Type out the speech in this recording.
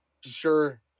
sure